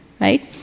right